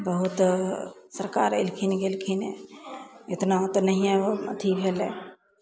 बहुत सरकार एलखिन गेलखिन इतना तऽ नहिये अथी भेलय